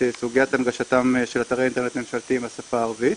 סוגיית הנגשתם של אתרי אינטרנט ממשלתיים בשפה הערבית.